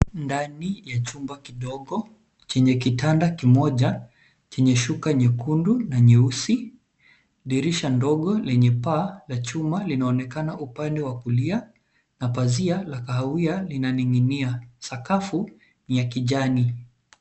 Ndani ya chumba kidogo chenye kitanda kimoja, chenye shuka nyekundu na nyeusi. Dirisha ndogo lenye paa la chuma, linaonekana upande wa kulia, na pazia la kahawia linaning'inia. Sakafu ni ya kijani.